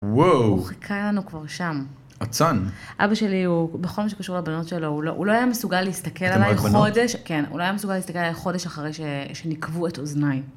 הוא חיכה לנו כבר שם. עצן. אבא שלי, בכל מה שקשור לבריאות שלו, הוא לא היה מסוגל להסתכל עליי חודש אחרי שניקבו את אוזניי.